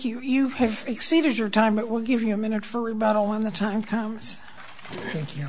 you you have exceeded your time it will give you a minute for about all of the time comes thank you